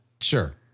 Sure